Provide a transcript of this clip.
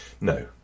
no